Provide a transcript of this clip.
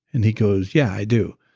and he goes, yeah i do.